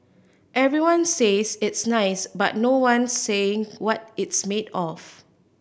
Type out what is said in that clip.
everyone says it's nice but no one's saying what it's made of